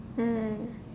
mm